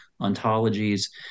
ontologies